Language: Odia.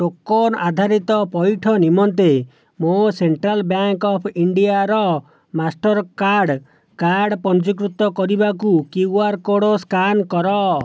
ଟୋକନ୍ ଆଧାରିତ ପଇଠ ନିମନ୍ତେ ମୋ ସେଣ୍ଟ୍ରାଲ୍ ବ୍ୟାଙ୍କ ଅଫ୍ ଇଣ୍ଡିଆର ମାଷ୍ଟର୍କାର୍ଡ଼୍ କାର୍ଡ଼ ପଞ୍ଜୀକୃତ କରିବାକୁ କ୍ୟୁ ଆର୍ କୋଡ଼୍ ସ୍କାନ୍ କର